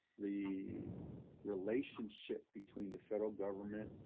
the relationship between the federal government,